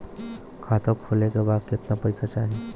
खाता खोलबे ला कितना पैसा चाही?